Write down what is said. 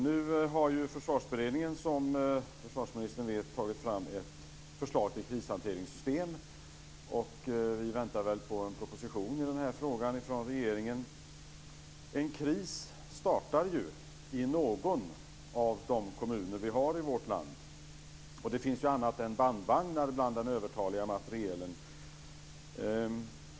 Nu har Försvarsberedningen, som försvarsministern vet, tagit fram ett förslag till krishanteringssystem. Vi väntar på en proposition i denna fråga från regeringen. En kris startar i någon av kommunerna i vårt land. Det finns bl.a. bandvagnar bland den övertaliga materielen.